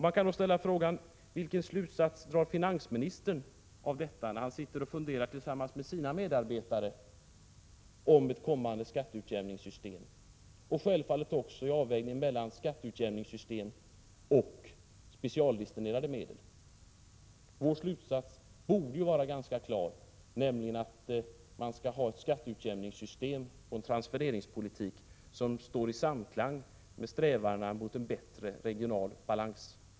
Man kan ställa frågan: Vilken slutsats drar finansministern av detta när han tillsammans med sina medarbetare funderar över ett kommande skatteutjämningssystem och självfallet också en avvägning mellan skatteutjämningssystem och specialdestinerade medel? Vår slutsats borde vara ganska klar, nämligen att man skall ha ett skatteutjämningssystem och en transfereringspolitik som står i samklang med strävandena mot en bättre regional balans.